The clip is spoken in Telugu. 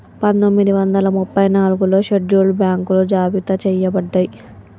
పందొమ్మిది వందల ముప్పై నాలుగులో షెడ్యూల్డ్ బ్యాంకులు జాబితా చెయ్యబడ్డయ్